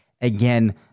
again